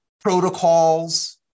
protocols